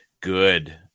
good